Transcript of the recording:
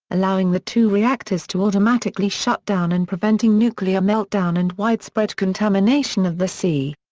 allowing the two reactors to automatically shut down and preventing nuclear meltdown and widespread contamination of the sea.